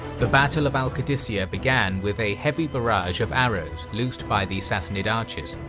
the battle of al-qadissiyah began with a heavy barrage of arrows loosed by the sassanid archers,